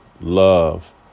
Love